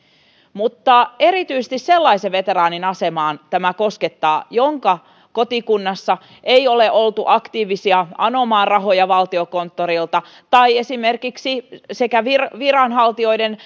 mutta erityisesti sellaisen veteraanin asemaa tämä koskettaa jonka kotikunnassa ei ole oltu aktiivisia anomaan rahoja valtiokonttorilta tai esimerkiksi niin viranhaltijoiden